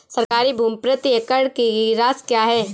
सरकारी भूमि प्रति एकड़ की राशि क्या है?